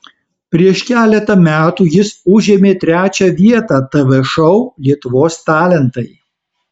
prieš keletą metų jis užėmė trečią vietą tv šou lietuvos talentai